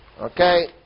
Okay